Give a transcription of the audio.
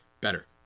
better